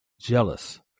jealous